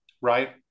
right